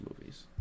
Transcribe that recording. movies